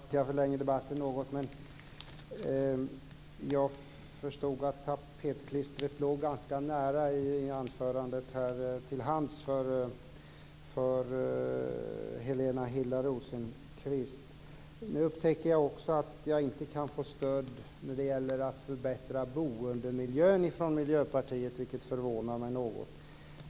Fru talman! Jag ber om ursäkt, fru talman, för att jag förlänger debatten något, men jag förstod att tapetklistret låg ganska nära till hands i anförandet för Helena Hillar Rosenqvist. Nu upptäcker jag också att jag inte kan få stöd när det gäller att förbättra boendemiljön från Miljöpartiet, vilket förvånar mig något.